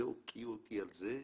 והוקיעו אותי על זה,